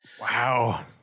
Wow